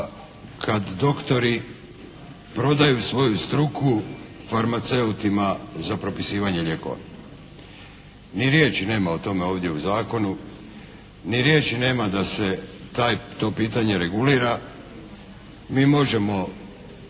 kad doktori prodaju svoju struku farmaceutima za propisivanje lijekova. Ni riječi nema o tome ovdje u zakonu, ni riječi nema da se to pitanje regulira. Mi možemo